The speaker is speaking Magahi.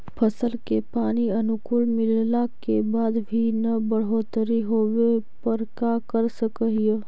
फसल के पानी अनुकुल मिलला के बाद भी न बढ़ोतरी होवे पर का कर सक हिय?